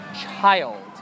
child